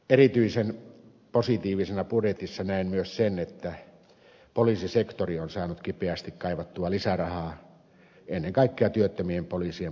erityisen positiivisena budjetissa näen myös sen että poliisisektori on saanut kipeästi kaivattua lisärahaa ennen kaikkea työttömien poliisien palkkaamiseen